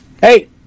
Hey